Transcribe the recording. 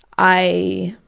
i